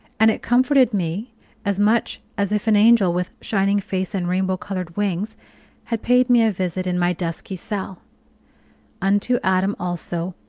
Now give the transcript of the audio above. and it comforted me as much as if an angel with shining face and rainbow-colored wings had paid me a visit in my dusky cell unto adam also,